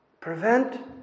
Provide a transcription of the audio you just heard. Prevent